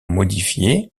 modifié